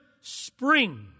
spring